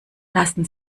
lassen